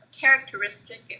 characteristic